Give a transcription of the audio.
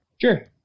Sure